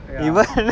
ya